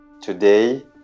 Today